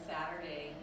Saturday